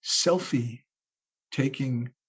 selfie-taking